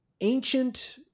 ancient